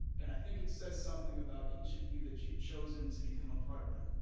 and i think it says something about each of you that you've chosen to become a part of it.